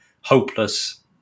hopeless